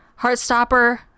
Heartstopper